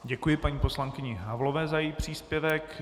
Děkuji paní poslankyni Havlové za její příspěvek.